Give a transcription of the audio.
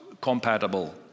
compatible